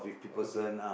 okay